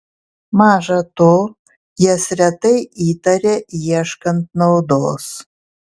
maža to jas retai įtaria ieškant naudos